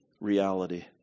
reality